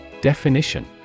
Definition